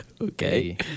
Okay